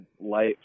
light